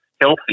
healthy